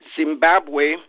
Zimbabwe